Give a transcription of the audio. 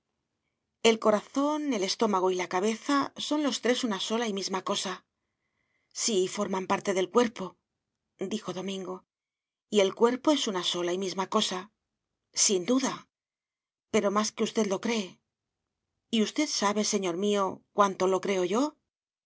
el corazón el estómago y la cabeza son los tres una sola y misma cosa sí forman parte del cuerpodijo domingo y el cuerpo es una sola y misma cosa sin duda pero más que usted lo cree y usted sabe señor mío cuánto lo creo yo